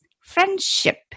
friendship